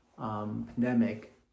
pandemic